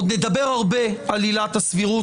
עוד נדבר הרבה על עילת הסבירות,